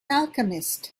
alchemist